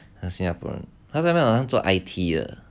他是新加坡人他在那边好像是做 I_T